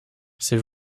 c’est